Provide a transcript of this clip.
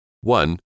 One